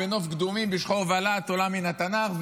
/ בחן קדומים, בשחור ולהט, / עלתה מן התנ"ך.